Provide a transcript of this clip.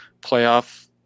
playoff